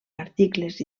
articles